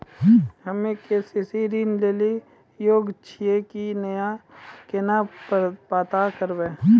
हम्मे के.सी.सी ऋण लेली योग्य छियै की नैय केना पता करबै?